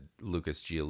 Lucas